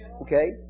Okay